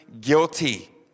guilty